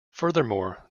furthermore